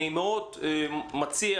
אני מציע,